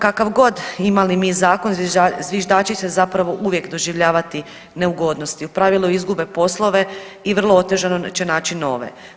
Kakav god imali mi zakon zviždači će zapravo uvijek doživljavati neugodnosti, u pravilu izgube poslove i vrlo otežano će naći nove.